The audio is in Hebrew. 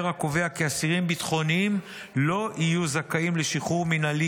הקובע כי אסירים ביטחוניים לא יהיו זכאים לשחרור מינהלי